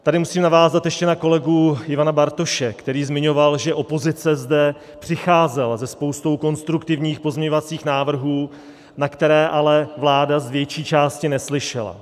Tady musím navázat ještě na kolegu Ivana Bartoše, který zmiňoval, že opozice zde přicházela se spoustou konstruktivních pozměňovacích návrhů, na které ale vláda z větší části neslyšela.